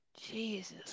jesus